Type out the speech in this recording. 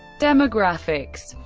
demographics